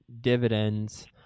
dividends